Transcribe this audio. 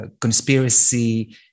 conspiracy